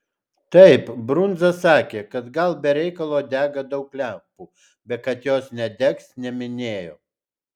taip brundza sakė kad gal be reikalo dega daug lempų bet kad jos nedegs neminėjo